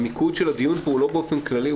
המיקוד של הדיון פה הוא לא באופן כללי,